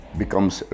becomes